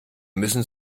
müssen